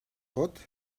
hot